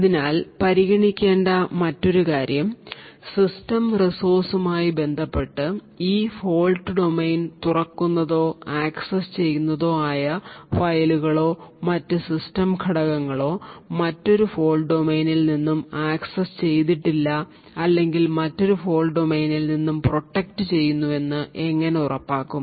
അതിനാൽ പരിഗണിക്കേണ്ട മറ്റൊരു കാര്യം സിസ്റ്റം റിസോഴ്സുമായി ബന്ധപ്പെട്ട് ഒരു ഫോൾട് ഡൊമെയ്ൻ തുറക്കുന്നതോ ആക്സസ് ചെയ്യുന്നതോ ആയ ഫയലുകളോ മറ്റ് സിസ്റ്റം ഘടകങ്ങളോ മറ്റൊരു ഫോൾട് ഡൊമെയ്നിൽ നിന്ന് ആക്സസ് ചെയ്തിട്ടില്ല അല്ലെങ്കിൽ മറ്റൊരു ഫോൾട് ഡൊമെയ്നിൽ നിന്ന് പ്രൊട്ടക്ട് ചെയ്യുന്നു എന്ന് എങ്ങനെ ഉറപ്പാക്കും